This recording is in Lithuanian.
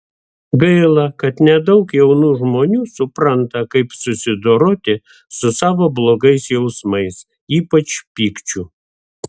gaila kad nedaug jaunų žmonių supranta kaip susidoroti su savo blogais jausmais ypač pykčiu